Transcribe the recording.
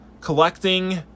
collecting